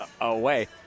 away